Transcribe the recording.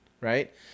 right